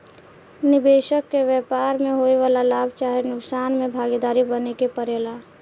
निबेसक के व्यापार में होए वाला लाभ चाहे नुकसान में भागीदार बने के परेला